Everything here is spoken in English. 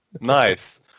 nice